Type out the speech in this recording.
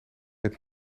het